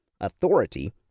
authority